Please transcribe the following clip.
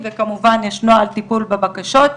וכמובן יש נוהל טיפול בבקשות.